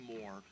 more